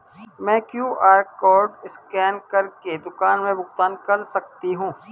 मैं QR code scan कर के दुकान में भुगतान कैसे कर सकती हूँ?